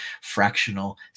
fractional